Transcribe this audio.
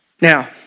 Now